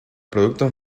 productos